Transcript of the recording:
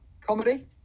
comedy